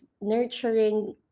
nurturing